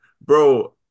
bro